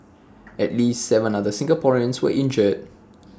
at least Seven other Singaporeans were injured